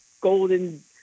golden